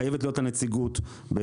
חייבת להיות לה נציגות בתאגיד,